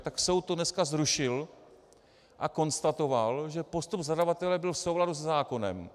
Tak soud to dneska zrušil a konstatoval, že postup zadavatele byl v souladu se zákonem.